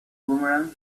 boomerang